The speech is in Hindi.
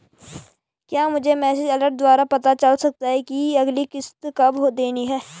क्या मुझे मैसेज अलर्ट द्वारा पता चल सकता कि अगली किश्त कब देनी है?